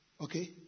okay